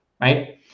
right